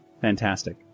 fantastic